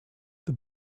the